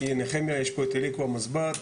יש פה את אליקו המזב"ט,